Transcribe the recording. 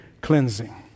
cleansing